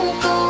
go